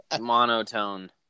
monotone